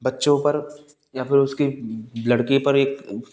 बच्चों पर या फ़िर उसकी लड़की पर एक